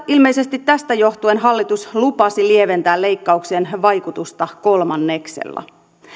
ilmeisesti tästä johtuen hallitus lupasi lieventää leikkauksien vaikutusta kolmanneksella